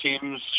teams